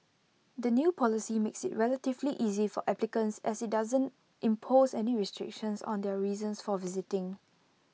the new policy makes IT relatively easy for applicants as IT doesn't impose any restrictions on their reasons for visiting